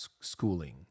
schooling